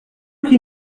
qu’il